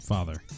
Father